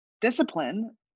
discipline